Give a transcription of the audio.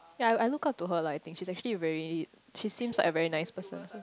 ya I I look up to her lah I think she's actually a very she seems like a very nice person